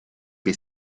che